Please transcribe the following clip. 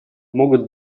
могут